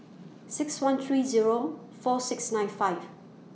six one three Zero four six nine five